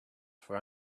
for